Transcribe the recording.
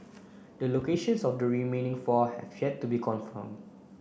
the locations of the remaining four have yet to be confirmed